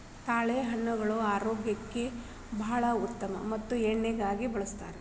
ತಾಳೆಹಣ್ಣುಗಳು ಆರೋಗ್ಯಕ್ಕೆ ಬಾಳ ಉತ್ತಮ ಮತ್ತ ಎಣ್ಣಿಗಾಗಿ ಬಳ್ಸತಾರ